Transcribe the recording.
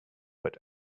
but